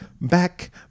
back